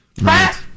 Right